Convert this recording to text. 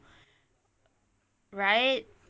right